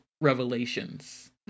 revelations